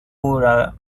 put